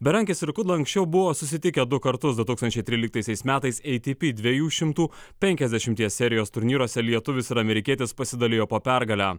berankis ir kul anksčiau buvo susitikę du kartus du tūkstančiai tryliktaisiais metais ei ti pi divejų šimtų penkiasdešimties serijos turnyruose lietuvis ir amerikietis pasidalijo po pergalę